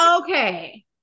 okay